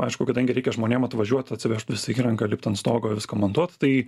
aišku kadangi reikia žmonėm atvažiuot atsivežt visą įrangą lipt ant stogo viską montuot tai